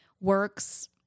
works